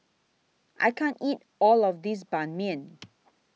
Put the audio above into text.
I can't eat All of This Ban Mian